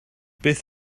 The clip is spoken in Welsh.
beth